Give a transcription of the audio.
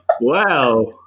Wow